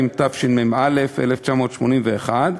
התשמ"א 1981,